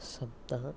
सप्त